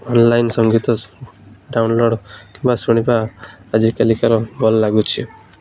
online ସଙ୍ଗୀତ download କିମ୍ବା ଶୁଣିବା ଆଜିକାଲିକାର ଭଲ ଲାଗୁଛି